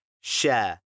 share